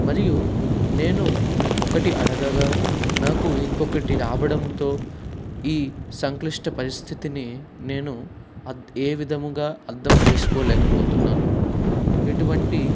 మరియు నేను ఒకటి అడగగా నాకు ఇంకొకటి రావడంతో ఈ సంక్లిష్ట పరిస్థితిని నేను ఏ విధముగా అర్థం చేసుకోలేకపోతున్నాను ఇటువంటి